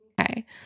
Okay